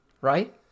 Right